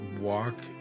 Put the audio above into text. walk